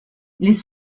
les